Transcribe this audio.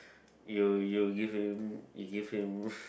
you you give him you give him